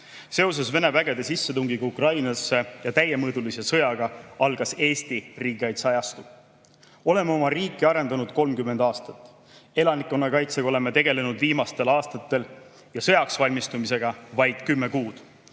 Seoses Vene vägede sissetungiga Ukrainasse ja täiemõõdulise sõjaga algas Eesti riigikaitse ajastu. Oleme oma riiki arendanud 30 aastat. Elanikkonnakaitsega oleme tegelenud viimastel aastatel ja sõjaks valmistumisega vaid kümme kuud.